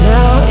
Now